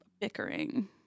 bickering